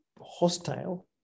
hostile